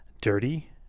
Dirty